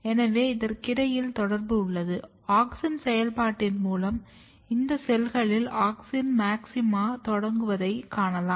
எனவே இதற்கிடையில் தொடர்பு உள்ளது ஆக்ஸின் செயல்பாட்டின் மூலம் இந்த செல்களில் ஆக்ஸின் மாக்ஸிமாத் தொடங்குவதை காணலாம்